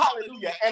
Hallelujah